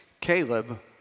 Caleb